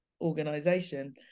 organization